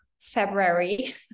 February